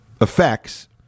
effects